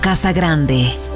Casagrande